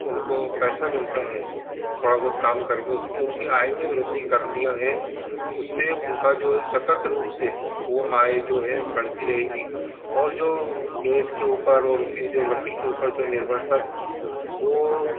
उनको पैसा मिलता है थोड़ा बहुत काम कर के उसकी उनकी आय में वृद्धि कर दिया है उससे उनका जो है सतत रूप से वो आय जो है बढ़ती रहेगी और जो गैस के ऊपर और उनकी जो लकड़ी के ऊपर जो निर्भरता थी वो